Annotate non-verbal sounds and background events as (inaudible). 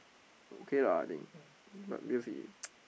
okay lah I think but because he (noise)